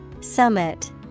Summit